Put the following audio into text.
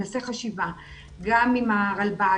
נעשה חשיבה גם עם הרלב"ד.